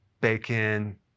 bacon